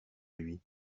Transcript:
lui